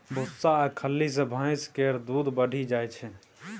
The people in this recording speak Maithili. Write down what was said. भुस्सा आ खल्ली सँ भैंस केर दूध बढ़ि जाइ छै